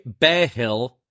Bearhill